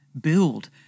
build